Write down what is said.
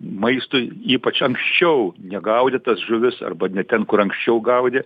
maistui ypač anksčiau negaudytas žuvis arba ne ten kur anksčiau gaudė